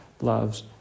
loves